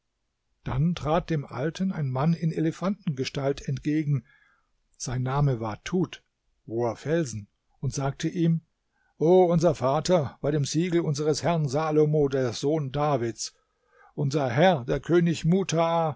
dann trat dem alten ein mann in elefantengestalt entgegen sein name war tud hoher felsen und sagte ihm o unser vater bei dem siegel unseres herrn salomo der sohn davids unser herr der könig mutaa